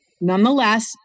nonetheless